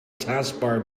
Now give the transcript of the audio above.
taskbar